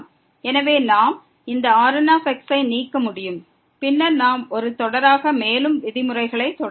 எனவே நாம் இந்த Rn ஐ நீக்க முடியும் பின்னர் நாம் ஒரு தொடராக மேலும் விதிமுறைகளை தொடரலாம்